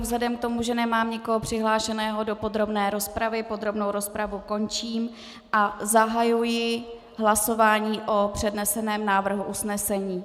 Vzhledem k tomu, že nemám nikoho přihlášeného do podrobné rozpravy, podrobnou rozpravu končím a zahajuji hlasování o předneseném návrhu usnesení.